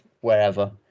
wherever